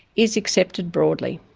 is accepted broadly.